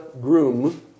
groom